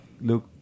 look